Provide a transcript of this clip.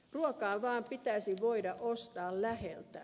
ruokaa vaan pitäisi voida ostaa läheltä